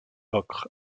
ocre